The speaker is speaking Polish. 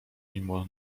mimo